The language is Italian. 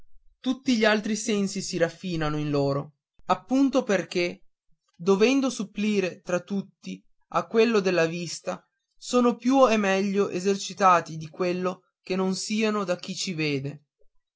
tutti gli altri sensi si raffinano in loro appunto perché dovendo supplire fra tutti a quello della vista sono più e meglio esercitati di quello che non siano da chi ci vede